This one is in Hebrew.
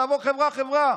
תעבור חברה-חברה.